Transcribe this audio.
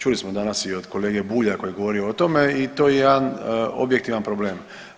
Čuli smo danas i od kolege Bulja koji je govorio o tome i to je jedan objektivan problem.